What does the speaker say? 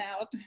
out